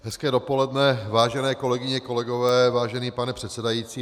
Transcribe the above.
Hezké dopoledne, vážené kolegyně, kolegové, vážený pane předsedající.